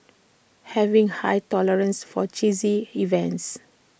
having high tolerance for cheesy events